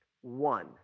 one